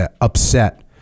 upset